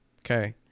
Okay